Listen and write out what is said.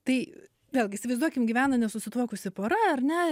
tai vėlgi įsivaizduokim gyvena nesusituokusi pora ar ne